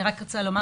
אני רוצה לומר